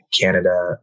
Canada